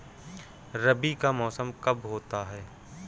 रबी का मौसम कब होता हैं?